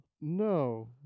no